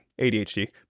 ADHD